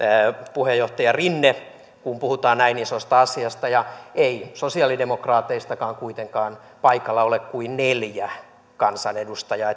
puheenjohtaja rinne kun puhutaan näin isosta asiasta ja ei sosialidemokraateistakaan kuitenkaan paikalla ole kuin neljä kansanedustajaa